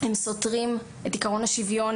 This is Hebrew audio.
כי הם סותרים את עיקרון השוויון,